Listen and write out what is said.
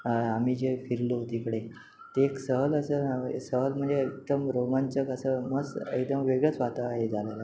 आम्ही जे फिरलो तिकडे ते एक सहल असं सहल म्हणजे एकदम रोमांचक असं मस् एकदम वेगळंच वाता हे झालेलं